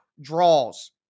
draws